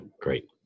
great